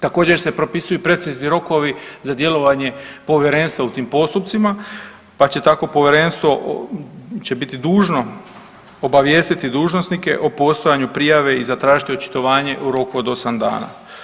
Također se propisuju precizni rokovi za djelovanje Povjerenstva u tim postupcima pa će tako Povjerenstvo će biti dužno obavijestiti dužnosnike o postojanju prijave i zatražiti očitovanje u roku od 8 dana.